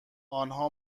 آنها